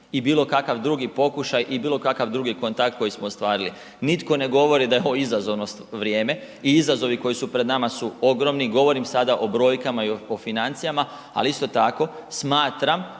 i bilokakva drugi pokušaj i bilokakav drugi kontakt koji smo ostvarili. Nitko ne govori da je ovo izazovno vrijeme i izazovi koji su pred nama su ogromni, govorim sada o brojkama i o financijama, ali isto tako smatram